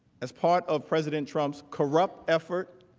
as part of president trump's corrupt effort,